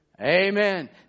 Amen